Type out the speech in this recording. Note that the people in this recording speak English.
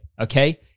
okay